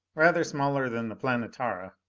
rather smaller than the planetara,